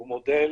הוא מודל